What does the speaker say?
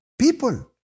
people